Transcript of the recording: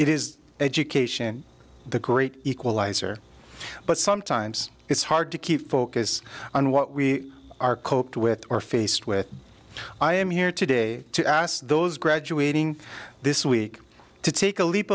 is education the great equalizer but sometimes it's hard to keep focus on what we our coped with or faced with i am here today to ask those graduating this week to take a leap